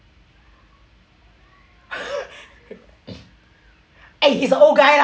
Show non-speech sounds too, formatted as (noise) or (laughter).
(laughs) eh he's old guy lah